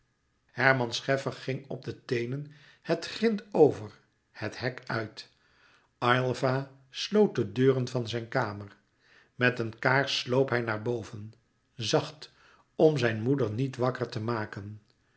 herman scheffer ging op de teenen het grint over het hek uit aylva sloot de deuren van zijn kamer met een kaars sloop hij naar boven zacht om zijn moeder niet wakker te maken